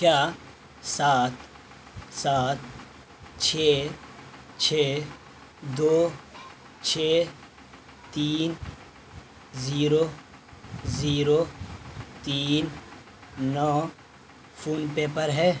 کیا سات سات چھ چھ دو چھ تین زیرو زیرو تین نو فون پے پر ہے